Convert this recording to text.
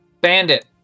bandit